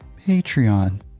Patreon